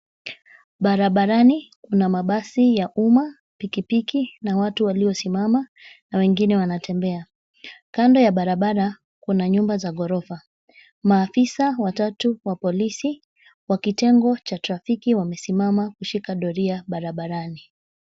Barabarani kuna mabasi ya uma piki piki na watu walio simama na wengine wanatembea, kando ya barabara kuna nyumba za gorofa. Maafisa watatu wa polisi wa kitengo cha trafiki wamesimama kushika doria barabarani.